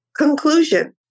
conclusion